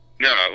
No